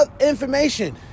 information